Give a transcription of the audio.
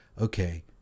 okay